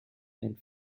and